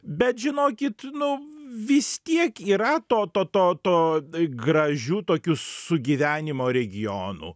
bet žinokit nu vis tiek yra to to to to i gražių tokių s sugyvenimo regionų